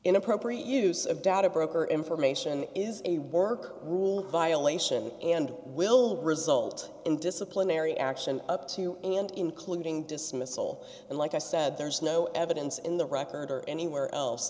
inappropriate use of data broker information is a work rule violation and will result in disciplinary d action up to and including dismissal and like i said there's no evidence in the record or anywhere else